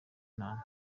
inama